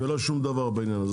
ולא שום דבר בעניין הזה.